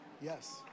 Yes